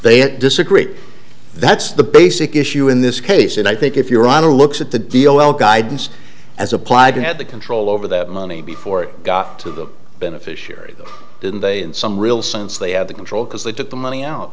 they disagree that's the basic issue in this case and i think if your honor looks at the deal well guidance as applied you had the control over that money before it got to the beneficiaries didn't they in some real sense they had the control because they took the money out